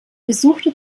besuchte